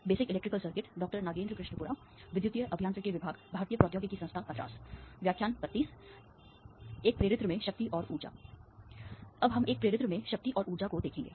power and energy in inductor अब हम एक प्रेरित्र में शक्ति और ऊर्जा को देखेंगे